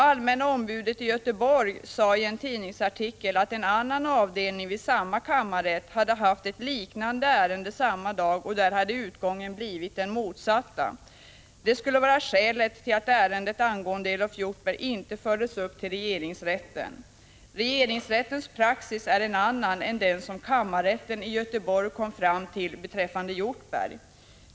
Allmänna ombudet i Göteborg sade i en tidningsartikel att en annan avdelning vid samma kammarrätt hade haft ett liknande ärende uppe samma dag, men då hade utgången blivit den motsatta. Detta skulle vara skälet till att ärendet angående Elof Hjortberg inte fördes upp till regeringsrätten. Regeringsrättens praxis är en annan än den som kammarrätten i Göteborg kom fram till beträffande Hjortberg.